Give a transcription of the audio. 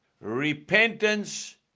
repentance